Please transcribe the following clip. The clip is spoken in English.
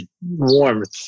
warmth